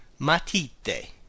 matite